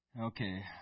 Okay